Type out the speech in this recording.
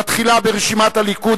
בתחילה ברשימת הליכוד,